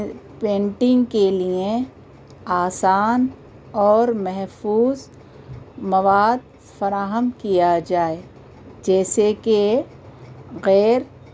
painting کے لیے آسان اور محفوظ مواد فراہم کیا جائے جیسے کہ غیر